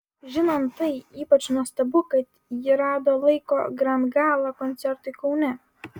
žinant tai ypač nuostabu kad ji rado laiko grand gala koncertui kaune